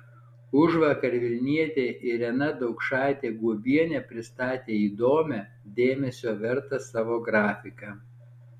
užvakar vilnietė irena daukšaitė guobienė pristatė įdomią dėmesio vertą savo grafiką